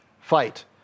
fight